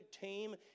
team